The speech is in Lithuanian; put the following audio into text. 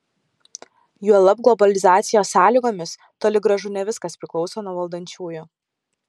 juolab globalizacijos sąlygomis toli gražu ne viskas priklauso nuo valdančiųjų